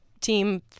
team